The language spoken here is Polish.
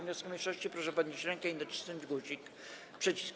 wniosku mniejszości, proszę podnieść rękę i nacisnąć przycisk.